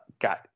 got